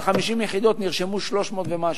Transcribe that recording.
על 50 יחידות נרשמו 300 ומשהו.